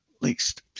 least